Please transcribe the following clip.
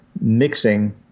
mixing